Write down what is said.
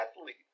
athlete